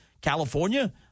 California